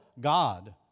God